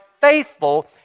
faithful